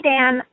Dan